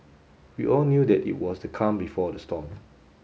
we all knew that it was the calm before the storm